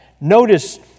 Notice